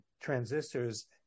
transistors